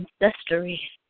ancestry